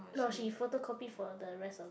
no she photocopy for the rest of the